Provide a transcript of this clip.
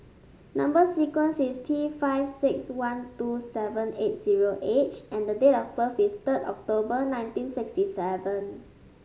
number sequence is T five six one two seven eight zero H and date of birth is third October nineteen sixty seven